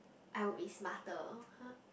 I would be smarter